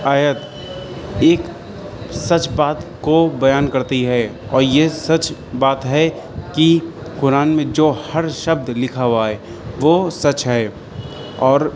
آیت ایک سچ بات کو بیان کرتی ہے اور یہ سچ بات ہے کہ قرآن میں جو ہر شبد لکھا ہوا ہے وہ سچ ہے اور